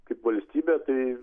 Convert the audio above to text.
kaip valstybė tai